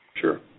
Sure